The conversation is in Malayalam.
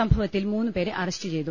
സംഭവത്തിൽ മൂന്ന് പേരെ അറസ്റ്റ് ചെയ്തു